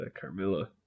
Carmilla